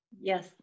Yes